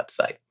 website